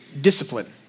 discipline